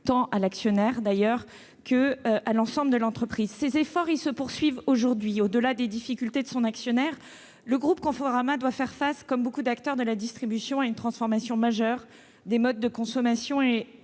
tant à l'actionnaire qu'à l'ensemble de l'entreprise. Ces efforts se poursuivent aujourd'hui. Au-delà des difficultés de son actionnaire, le groupe Conforama doit faire face, comme beaucoup d'acteurs de la distribution, à une transformation majeure des modes de consommation